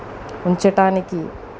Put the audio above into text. ఉంచటానికి